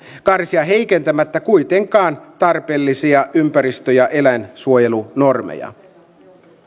karsia heikentämättä kuitenkaan tarpeellisia ympäristö ja eläinsuojelunormeja